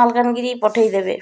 ମାଲକାନଗିରି ପଠାଇଦେବେ